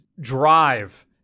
drive